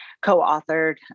co-authored